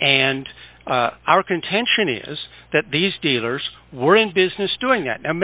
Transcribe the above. and our contention is that these dealers were in business doing that and